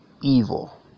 evil